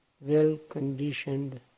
well-conditioned